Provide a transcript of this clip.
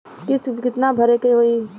किस्त कितना भरे के होइ?